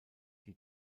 die